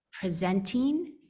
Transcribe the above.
presenting